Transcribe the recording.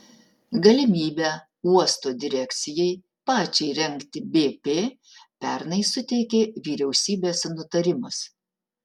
galimybę uosto direkcijai pačiai rengti bp pernai suteikė vyriausybės nutarimas